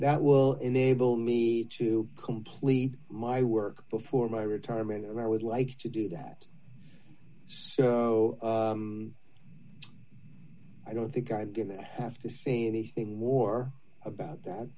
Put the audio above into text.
that will enable me to complete my work before my retirement and i would like to do that i don't think i'm going to have to say anything more about that